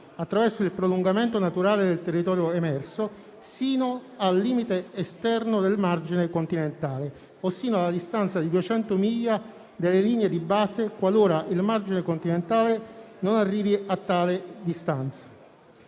attraverso il prolungamento naturale del territorio emerso sino al limite esterno del margine continentale o sino alla distanza di 200 miglia dalle linee di base, qualora il margine continentale non arrivi a tale distanza.